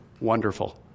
Wonderful